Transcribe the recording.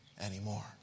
anymore